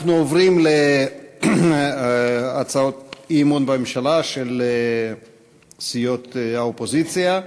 אנחנו עוברים להצעות אי-אמון בממשלה של סיעות האופוזיציה.